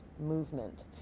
movement